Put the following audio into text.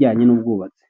abatutsi mu Rwanda.